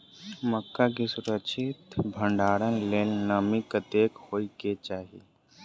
मक्का केँ सुरक्षित भण्डारण लेल नमी कतेक होइ कऽ चाहि?